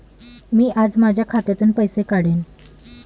मी आज माझ्या खात्यातून पैसे काढेन